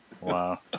Wow